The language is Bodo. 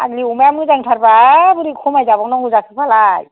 फाग्लि अमाया मोजांथारबा बोरै खमायजाबावनांगौ जाखोफालाय